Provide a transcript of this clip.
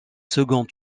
second